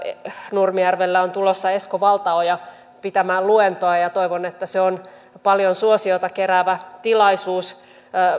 nurmijärvelle on tulossa esko valtaoja pitämään luentoa ja toivon että se on paljon suosiota keräävä tilaisuus